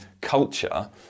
culture